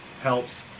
helps